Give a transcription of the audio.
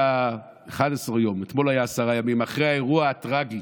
11 יום, אתמול היו עשרה ימים, אחרי האירוע הטרגי